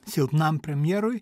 silpnam premjerui